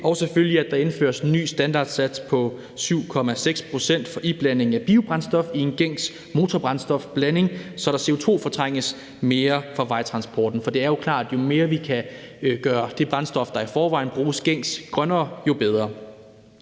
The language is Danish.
og selvfølgelig, at der indføres en ny standardsats på 7,6 pct. for iblanding af biobrændstof i en gængs motorbrændstofblanding, så der CO2-fortrænges mere fra vejtransporten. For det er jo klart, at jo mere vi kan gøre det brændstof, der i forvejen bruges gængs, grønnere, jo bedre.